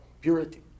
Purity